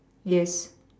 yes